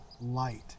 light